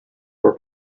were